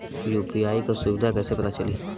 UPI क सुविधा कैसे पता चली?